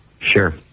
Sure